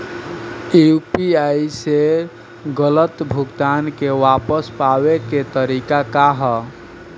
UPI से गलत भुगतान के वापस पाये के तरीका का ह?